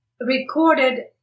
recorded